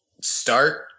start